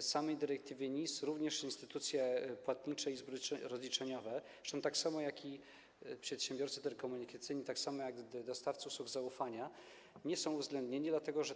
W samej dyrektywie NIS również instytucje płatnicze i rozliczeniowe, zresztą tak samo jak przedsiębiorcy telekomunikacyjni, tak samo jak dostawcy usług zaufania, nie są uwzględnione, dlatego że